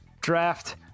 draft